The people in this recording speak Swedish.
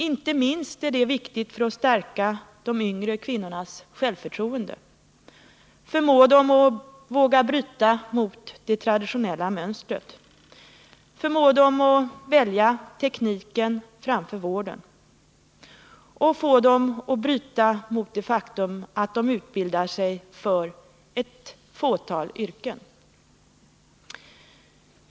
Inte minst är detta viktigt för att stärka de yngre kvinnornas självförtroende, förmå dem att våga bryta mot det traditionella mönstret och inte utbilda sig för bara ett fåtal yrken, förmå dem att exempelvis välja tekniken framför vården.